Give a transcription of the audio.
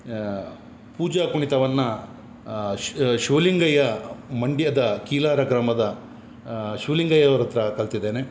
ಪೂಜಾ ಕುಣಿತವನ್ನು ಶಿವಲಿಂಗಯ್ಯ ಮಂಡ್ಯದ ಕೀಲಾರ ಗ್ರಾಮದ ಶಿವಲಿಂಗಯ್ಯ ಅವರತ್ರ ಕಲಿತಿದ್ದೇನೆ